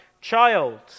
child